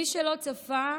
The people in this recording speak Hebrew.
מי שלא צפה,